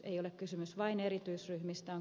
ei ole kysymys vain erityisryhmistä